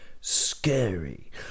scary